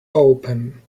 open